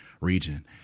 region